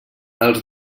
els